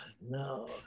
no